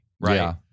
right